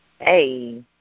Hey